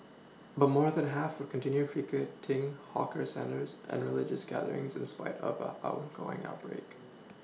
but more than the half continue frequenting hawker centres and religious gatherings in spite of are ongoing outbreak